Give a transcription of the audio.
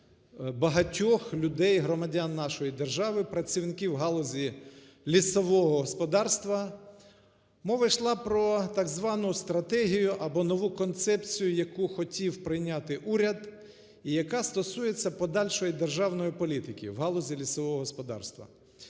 багатьох людей, громадян нашої держави, працівників галузі лісового господарства. Мова йшла про так звану стратегію або нову концепцію, яку хотів прийняти уряд і яка стосується подальшої державної політики у галузі лісового господарства.